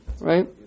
right